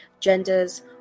genders